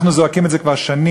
אנחנו זועקים את זה כבר שנים,